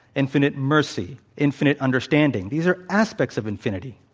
infinite mercy, infinite understanding. these are aspects of infinity.